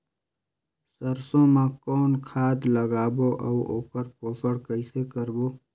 सरसो मा कौन खाद लगाबो अउ ओकर पोषण कइसे करबो?